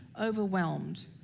overwhelmed